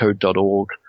code.org